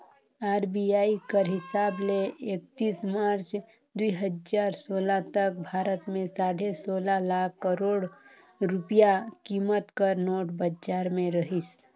RBI कर हिसाब ले एकतीस मार्च दुई हजार सोला तक भारत में साढ़े सोला लाख करोड़ रूपिया कीमत कर नोट बजार में रहिस